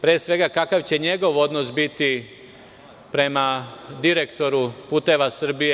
Pre svega, kakav će njegov odnos biti prema direktoru "Puteva Srbije"